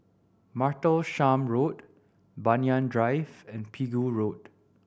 Martlesham Road Banyan Drive and Pegu Road